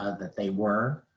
ah that they were.